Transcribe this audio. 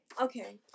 okay